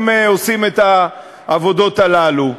הם עושים את העבודות הללו.